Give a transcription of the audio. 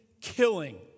killing